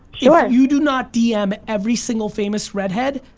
you ah you do not dm every single famous redhead,